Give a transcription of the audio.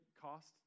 cost